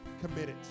committed